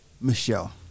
Michelle